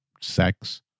sex